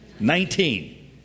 Nineteen